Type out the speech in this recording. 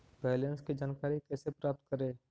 Balance की जानकारी कैसे प्राप्त करे?